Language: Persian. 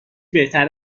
بهتر